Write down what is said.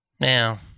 Now